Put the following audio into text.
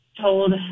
told